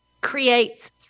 creates